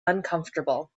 uncomfortable